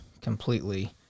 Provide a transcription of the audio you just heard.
completely